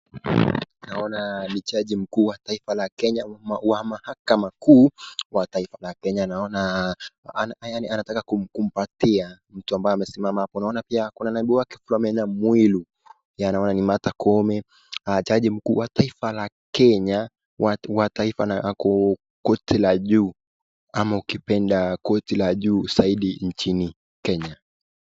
Naona ni jaji mkuu wa taifa la Kenya wa mahakama kuu wa taifa la Kenya naona anataka kumkumpatia mtu ambaye amesimama hapo. Naona pia kuna naibu wake Philomena Mwilu, pia naona ni Martha Koome jaji mkuu wa taifa la Kenya wa taifa na koti la juu ama ukipenda koti la juu zaidi nchini Kenya.